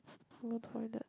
I want go toilet